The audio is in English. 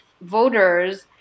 voters